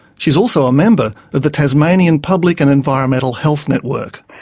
she's also a member of the tasmanian public and environmental health network.